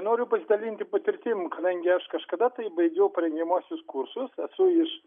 noriu pasidalinti patirtim kadangi aš kažkada tai baigiau parengiamuosius kursus esu iš